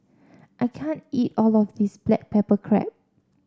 I can't eat all of this Black Pepper Crab